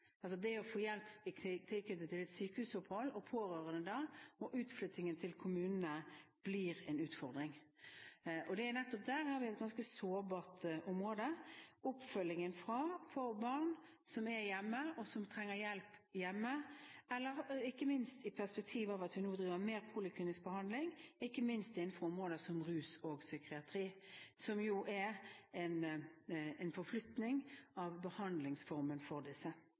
det å få hjelp for pårørende i tilknytning til et sykehusopphold og utflyttingen til kommunene blir en utfordring. Nettopp dette er et ganske sårbart område – oppfølgingen av barn som er hjemme, og som trenger hjelp hjemme, ikke minst i det perspektivet at vi nå har mer poliklinisk behandling innenfor områder som rus og psykiatri, som jo er en forflytning av behandlingen for disse.